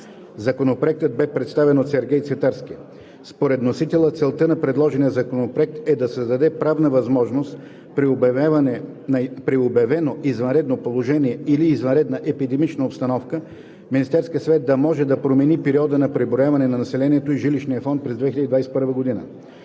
Законопроектът бе представен от Сергей Цветарски. Според вносителя целта на предложения законопроект е да създаде правна възможност при обявено извънредно положение или извънредна епидемична обстановка Министерският съвет да може да промени периода на преброяване на населението и жилищния фонд през 2021 г.